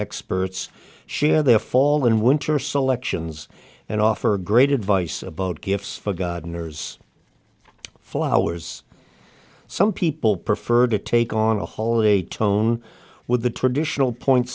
experts share their fall and winter selections and offer great advice about gifts for god nurse flowers some people prefer to take on a holiday tone with the traditional point